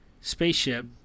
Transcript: spaceship